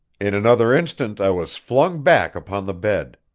in another instant i was flung back upon the bed.